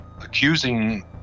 accusing